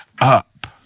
up